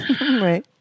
Right